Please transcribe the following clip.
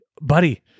Buddy